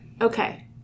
Okay